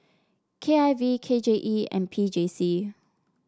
K I V K J E and P J C